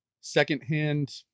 secondhand